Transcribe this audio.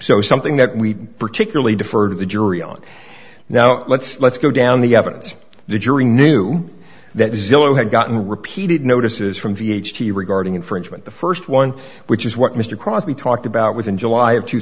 so something that we particularly defer to the jury on now let's let's go down the evidence the jury knew that zillow had gotten repeated notices from v h t regarding infringement the first one which is what mr crosbie talked about with in july of two